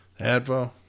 ADVO